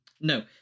no